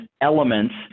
elements